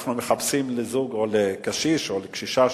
אנחנו מחפשים לזוג, או לקשיש, או לקשישה,